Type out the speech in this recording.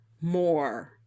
more